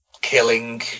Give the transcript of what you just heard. killing